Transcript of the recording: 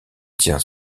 tient